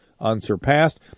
unsurpassed